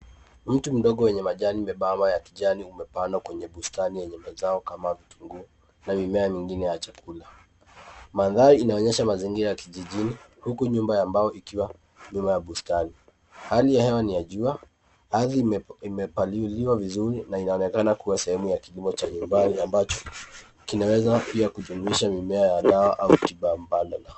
Mti mdogo wenye majani mebamba ya kijani umepandwa kwenye bustani yenye mazao kama vitunguu na mimea mengine ya chakula. Mandhari inaonyesha mazingira ya kijijini huku nyumba ya mbao ikiwa nyuma ya bustani, hali ya hewa ni ya jua, ardhi imepaliliwa vizuri na inaonekana kuwa sehemu ya kilimo cha nyumbani ambacho kinaweza pia kujumuisha mimea ya dawa au kibambadala.